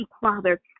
Father